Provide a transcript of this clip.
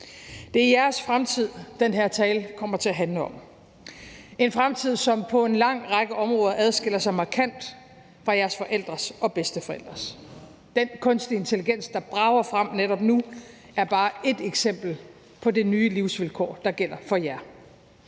Det er jeres fremtid, den her tale kommer til at handle om – en fremtid, som på en lang række områder adskiller sig markant fra jeres forældres og bedsteforældres. Den kunstige intelligens, der brager frem netop nu, er bare ét eksempel på de nye livsvilkår, der gælder for jer.